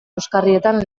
euskarrietan